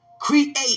create